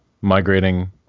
migrating